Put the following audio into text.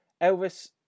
Elvis